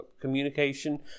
communication